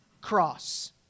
cross